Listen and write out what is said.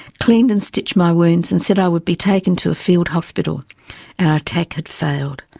cleaned and stitched my wounds and said i would be taken to a field hospital. our attack had failed.